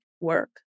work